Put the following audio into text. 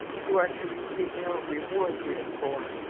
you are to receive no reward therefor,